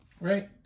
Right